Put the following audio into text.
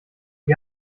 sie